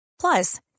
Plus